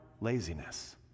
laziness